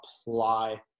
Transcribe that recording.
apply